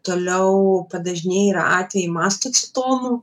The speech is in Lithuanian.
toliau padažnėję yra atvejai mastocitomų